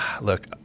look